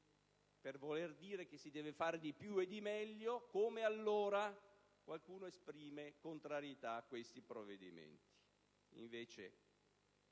per voler dire che si deve fare di più e di meglio, qualcuno come allora esprime contrarietà a questi provvedimenti.